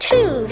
Two